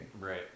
right